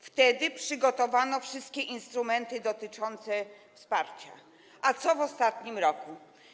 Wtedy przygotowano wszystkie instrumenty dotyczące wsparcia, a co w ostatnim roku?